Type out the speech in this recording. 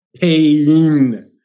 Pain